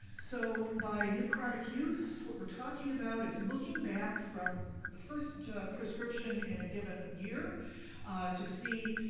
so by new chronic use, what we're talking about is looking back from the first prescription in a given year to see,